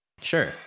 Sure